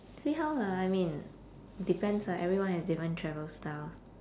see how lah I mean depends lah everyone has different travel styles